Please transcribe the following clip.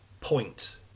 point